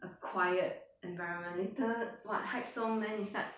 a quiet environment later what hype song then 你 start